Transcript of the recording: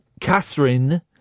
Catherine